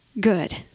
good